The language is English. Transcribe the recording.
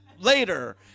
later